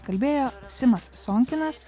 kalbėjo simas sonkinas